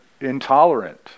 intolerant